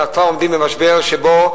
ואנחנו כבר עומדים במשבר שבו,